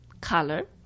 color